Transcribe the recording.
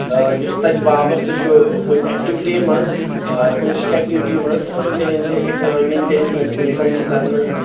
یُس تتہِ وابسطہٕ چھُ کُنہِ ایٚکٹِوٹی منٛز آ ٹیٚوٗرسٹ ایٚکٹیوٹی منٛز تہنٛز ایٚکنامی تہنٛز انکم چھِ تتھ منٛز